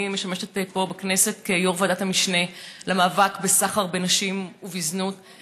אני משמשת פה בכנסת יו"ר ועדת המשנה למאבק בסחר בנשים ובזנות.